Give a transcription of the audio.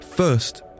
First